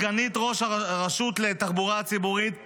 סגנית ראש הרשות לתחבורה ציבורית,